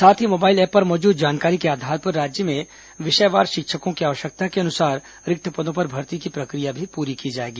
साथ ही mobile app पर मौजूद जानकारी के आधार पर राज्य में विषयवार शिक्षकों की आवश्यकता के अनुसार रिक्त पदों पर भर्ती की प्रक्रिया भी पूरी की जाएगी